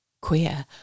Queer